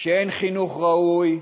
כשאין חינוך ראוי,